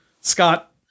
Scott